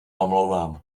omlouvám